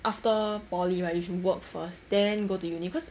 after poly right you should work first then go to uni cause